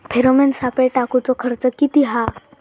Pheromone सापळे टाकूचो खर्च किती हा?